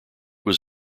was